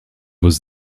was